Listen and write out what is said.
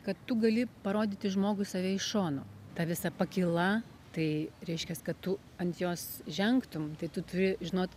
kad tu gali parodyti žmogui save iš šono ta visa pakyla tai reiškias kad tu ant jos žengtum tai tu turi žinot